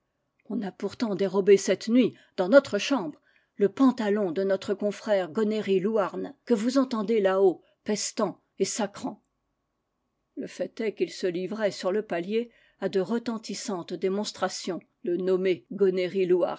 on a pourtant dérobé cette nuit dans notre chambre le pantalon de notre confrère gonéry louarn que vous entendez là-haut pestant et sacrant le fait est qu'il se livrait sur le palier à de retentissantes démonstrations le nommé